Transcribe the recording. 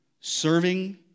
serving